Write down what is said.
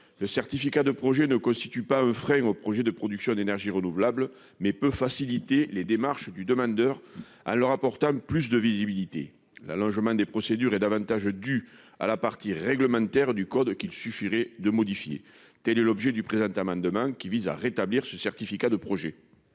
Le certificat de projet ne constitue pas un frein au projet de production d'énergie renouvelable, mais peut faciliter les démarches du demandeur, en lui donnant plus de visibilité. L'allongement des procédures est davantage dû à la partie réglementaire du code, qu'il suffirait de modifier. La parole est à M. Gérard Lahellec, pour présenter l'amendement n° 428. La suppression des certificats de projet